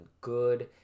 good